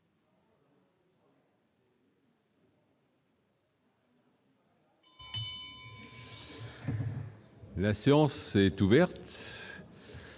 La séance est ouverte.